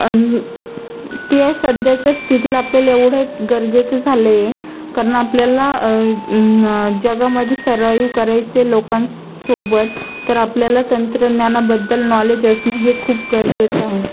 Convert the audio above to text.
आणि ते सध्याच्या स्थितीला आपल्याला एवढं गरजेचं झालं आहे कारण आपल्याला न जगामध्ये सरवाईव करायचे लोकांस् सोबत तर आपल्याला तंत्रज्ञानाबद्दल नॉलेज असणं हे खूप गरजेचं आहे